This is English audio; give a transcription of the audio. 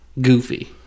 Goofy